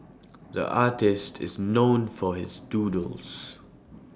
the artist is known for his doodles